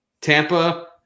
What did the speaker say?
Tampa